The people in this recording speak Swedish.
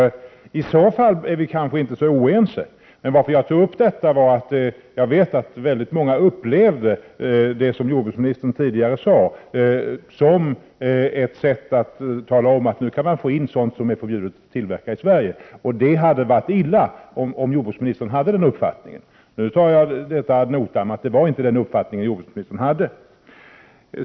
I så fall är vi kanske inte så oense. Orsaken till att jag tog upp frågan var att jag vet att många upplevde det som jordbruksministern tidigare sade som ett sätt att tala om att man nu kan få in sådant som är förbjudet att producera i Sverige. Det hade varit illa om jordbruksministern hade haft den uppfattningen. Nu tar jag detta ad notam, att det inte var den uppfattningen jordbruksministern hade.